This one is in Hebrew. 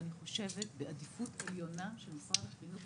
ואני חושבת בעדיפות עליונה של משרד החינוך,